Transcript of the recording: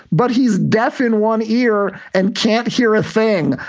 but he's deaf in one ear and can't hear a thing.